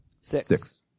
Six